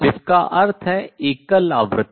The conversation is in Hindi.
जिसका अर्थ है एकल आवृत्ति